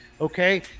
Okay